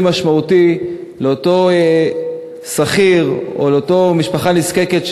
משמעותי לאותו שכיר או לאותה משפחה נזקקת,